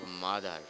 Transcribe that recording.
Mother